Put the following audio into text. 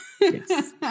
yes